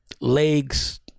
legs